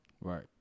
right